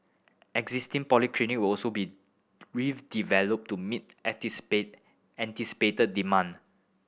existing polyclinic will also be with developed to meet anticipated anticipated demand